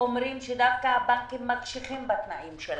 אומרים שדווקא הבנקים מקשיחים בתנאים שלהם,